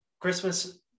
Christmas